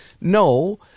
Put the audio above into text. no